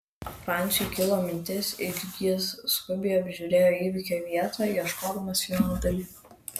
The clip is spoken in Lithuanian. franciui kilo mintis ir jis skubiai apžiūrėjo įvykio vietą ieškodamas vieno dalyko